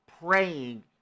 praying